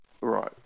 Right